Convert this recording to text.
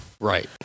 Right